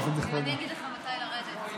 כנסת נכבדה".